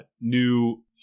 new